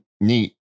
neat